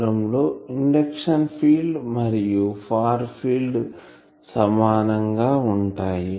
దూరంలో induction field మరియు far field సమానంగా ఉంటాయి